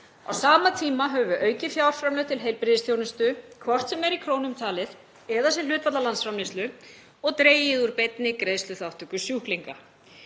Á sama tíma höfum við aukið fjárframlög til heilbrigðisþjónustu, hvort sem er í krónum talið eða sem hlutfall af landsframleiðslu og dregið úr beinni greiðsluþátttöku sjúklinga.